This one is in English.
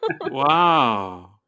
wow